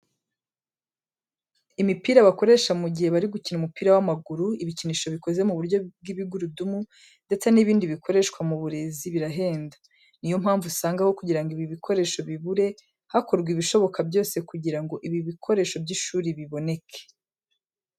Imipira bakoresha mu gihe bari gukina umupira w'amaguru, ibikinisho bikoze ku buryo bw'ibigurudumu, ndetse n'ibindi bikoreshwa mu burezi birahenda. Niyo mpamvu usanga aho kugira ngo ibi bikoresho bibure, hakorwa ibishoboka byose kugira ngo ibi bikoresho by'ishuri biboneka.